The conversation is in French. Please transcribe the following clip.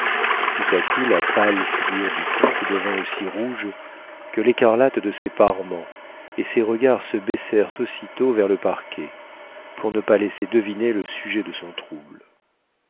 tout à coup la pâle figure du comte devint aussi rouge que l'écarlate de ses parements et ses regards se baissèrent aussitôt vers le parquet pour ne pas laisser deviner le sujet de son trouble